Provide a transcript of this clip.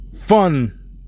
fun